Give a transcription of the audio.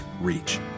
reach